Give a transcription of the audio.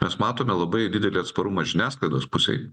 mes matome labai didelį atsparumą žiniasklaidos pusei